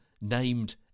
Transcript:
named